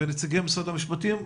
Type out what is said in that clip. ונציגי משרד המשפטים,